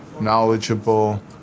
knowledgeable